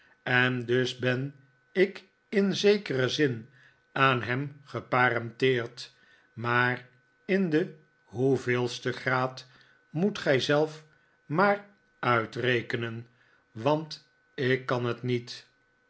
en dus ben ik in zekeren zin aan hem geparenteerd maar in den hoeveelsten graad moet gij zelf maar uitrekenen want ik kan het niet